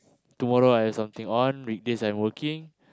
tomorrow I've something on weekdays I'm working